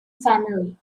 family